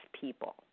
people